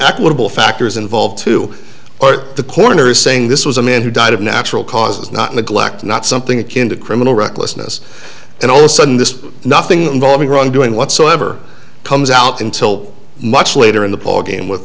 equitable factors involved to the coroner is saying this was a man who died of natural causes not neglect not something akin to criminal recklessness and all the sudden this nothing involving wrongdoing whatsoever comes out until much later in the ballgame with